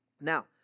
Now